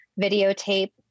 videotape